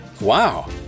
Wow